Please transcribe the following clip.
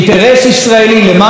למען ביטחון ישראל,